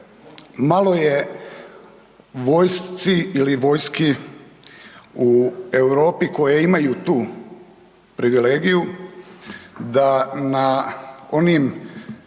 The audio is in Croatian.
Malo je vojsci ili vojski u Europi koje imaju tu privilegiju da na onim